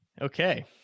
Okay